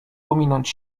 pominąć